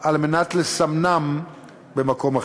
כדי לסמנם במקום אחר.